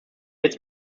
jetzt